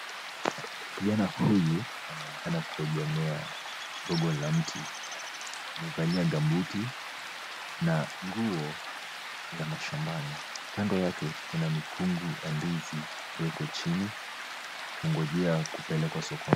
Kijana huyu anaonekana kuegemea gogo la mti. Amevalia (cs)gambut(cs) na nguo za mashambani. Kando yake, kuna mikungu ya ndizi iliyoko chini kungojea kupelekwa sokoni.